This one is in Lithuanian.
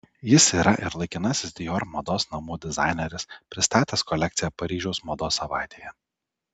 jis yra ir laikinasis dior mados namų dizaineris pristatęs kolekciją paryžiaus mados savaitėje